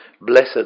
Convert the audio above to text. Blessed